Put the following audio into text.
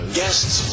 guests